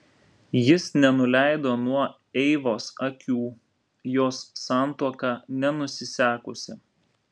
jis nenuleido nuo eivos akių jos santuoka nenusisekusi